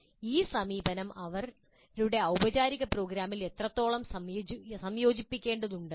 ഈ സമീപനങ്ങൾ അവരുടെ ഔപചാരിക പ്രോഗ്രാമിലേക്ക് എത്രത്തോളം സംയോജിപ്പിക്കേണ്ടതുണ്ടെന്നും